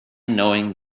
knowing